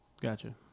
Gotcha